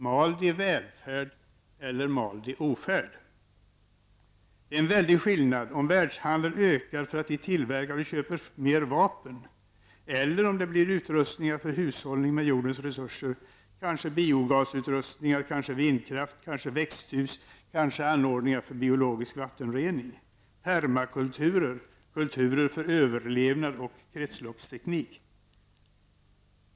Mal de välfärd eller mal de ofärd? Det är en väldig skillnad om världshandeln ökar för att vi tillverkar och köper mer vapen, eller om det blir utrustning för hushållning med jordens resurser, kanske biogasutrustningar, kanske vindkraft, kanske växthus och kanske anordningar för biologisk vattenrening. Permakulturer -- kulturer för överlevnad och kretsloppsteknik.